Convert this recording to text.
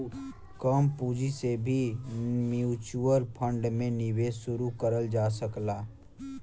कम पूंजी से भी म्यूच्यूअल फण्ड में निवेश शुरू करल जा सकला